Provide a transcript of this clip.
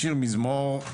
מזמור,